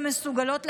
ומסוגלות,